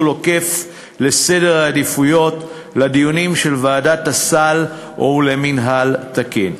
עוקף לסדר העדיפויות לדיונים של ועדת הסל ולמינהל תקין.